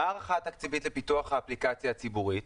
מה ההערכה התקציבית לפיתוח האפליקציה הציבורית?